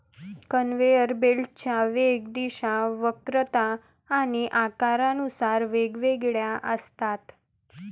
conveyor बेल्टच्या वेग, दिशा, वक्रता आणि आकारानुसार वेगवेगळ्या असतात